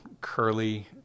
curly